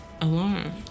Alarm